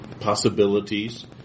possibilities